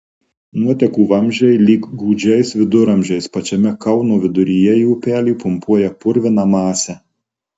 nuotekų vamzdžiai lyg gūdžiais viduramžiais pačiame kauno viduryje į upelį pumpuoja purviną masę